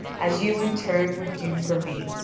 as you in turn would do for me.